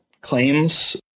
claims